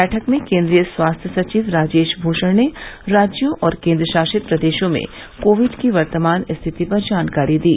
बैठक में केन्द्रीय स्वास्थ्य सचिव राजेश भूषण ने राज्यों और केन्द्र शासित प्रदेशों में कोविड की वर्तमान स्थिति पर जानकारी दी